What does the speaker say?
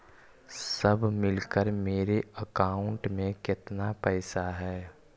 सब मिलकर मेरे अकाउंट में केतना पैसा है?